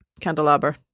candelabra